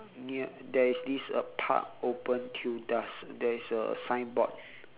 near there is this uh park open till dusk there is a signboard